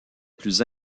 plus